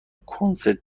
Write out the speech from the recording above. کنسرت